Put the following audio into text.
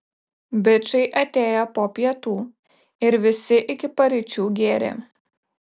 bičai atėjo po pietų ir visi iki paryčių gėrė